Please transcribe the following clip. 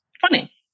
funny